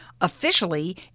Officially